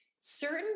certain